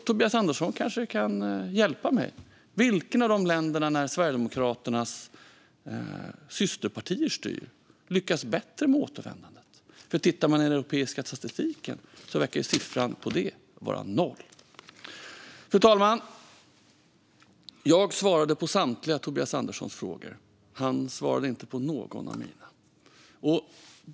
Tobias Andersson kanske kan hjälpa mig: Vilket av dessa länder där Sverigedemokraternas systerpartier styr lyckas bättre med återvändandet? Sett till den europeiska statistiken verkar siffran vara noll. Fru talman! Jag svarade på samtliga Tobias Anderssons frågor. Han svarade inte på någon av mina.